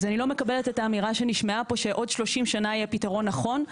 אז אני לא מקבלת את האמירה שנשמעה פה שעוד 30 שנה יהיה פתרון נכון,